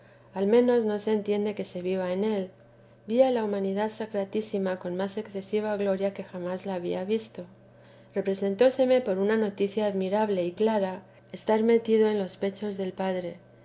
al menos no se entiende que se vive en él vi a la humanidad sacratísima con más excesiva gloria que jamás había visto representóseme por una noticia admirable y clara estar metido en los pechos del padre